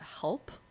help